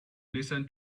listen